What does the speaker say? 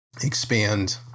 expand